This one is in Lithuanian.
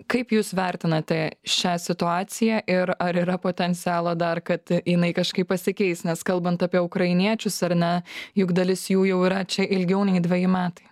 kaip jūs vertinate šią situaciją ir ar yra potencialo dar kad jinai kažkaip pasikeis nes kalbant apie ukrainiečius ar ne juk dalis jų jau yra čia ilgiau nei dveji metai